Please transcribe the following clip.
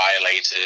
violated